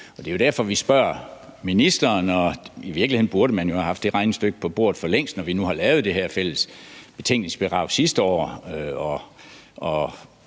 det er derfor, vi spørger ministeren. I virkeligheden burde man jo have haft det regnestykke på bordet for længst, når vi nu har lavet det her fælles betænkningsbidrag sidste år og